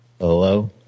Hello